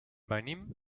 venim